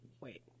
Wait